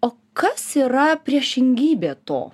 o kas yra priešingybė to